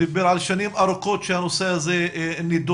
שדיבר על שנים ארוכות שהנושא הזה נידון,